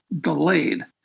delayed